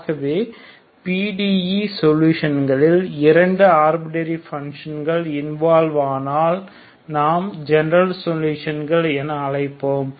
ஆகவே PDE சொலுஷன்களில் இரண்டு ஆர்பிட்டரி ஃபங்ஷன்கள் இன்வால்வ் ஆனால் நாம் ஜெனரல் சொலுஷன்கள் என அழைக்கலாம்